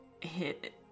hit